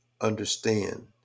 understand